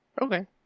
Okay